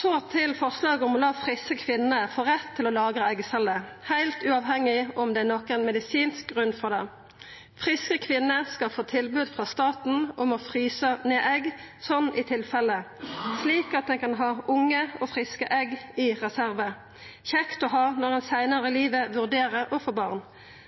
Så til forslaget om å la friske kvinner få rett til å lagra eggceller heilt uavhengig av om det er nokon medisinsk grunn til det: Friske kvinner skal få tilbod frå staten om å frysa ned egg, sånn i tilfelle, slik at ein kan ha unge og friske egg i reserve – kjekt å ha når ein seinare i livet vurderer å få barn! For